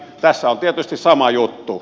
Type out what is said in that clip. tässä on tietysti sama juttu